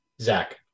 Zach